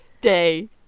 day